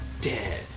dead